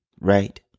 right